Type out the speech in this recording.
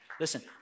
Listen